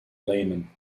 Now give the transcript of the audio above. layman